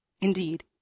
Indeed